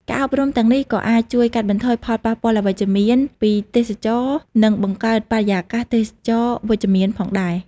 ការអប់រំទាំងនេះក៏អាចជួយកាត់បន្ថយផលប៉ះពាល់អវិជ្ជមានពីទេសចរណ៍និងបង្កើតបរិយាកាសទេសចរណ៍វិជ្ជមានផងដែរ។